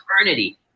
eternity